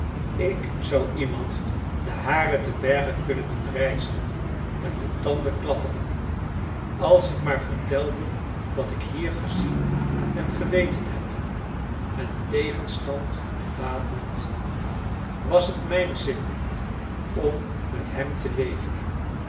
ik zou iemand de haren te berge kunnen doen rijzen en de tanden klapperen als ik maar vertelde wat ik hier gezien en geweten heb en tegenstand baat niet was het mijn zin om met hem te leven